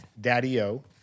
Daddy-O